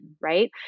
Right